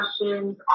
questions